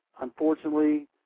unfortunately